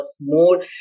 more